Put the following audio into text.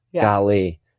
Golly